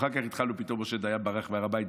אחר כך פתאום משה דיין ברח מהר הבית,